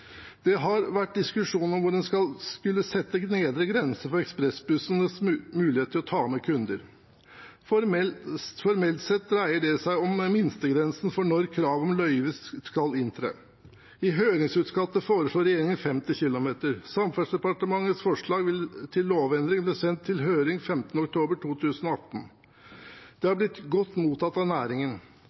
mulighet til å ta med kunder. Formelt sett dreier det seg om minstegrensen for når kravet om løyver skal inntre. I høringsutkastet foreslo regjeringen 50 km. Samferdselsdepartementets forslag til lovendring ble sendt på høring 15. oktober 2018. Det har blitt godt mottatt av næringen.